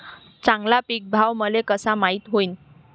चांगला पीक भाव मले कसा माइत होईन?